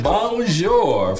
Bonjour